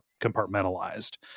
compartmentalized